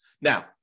Now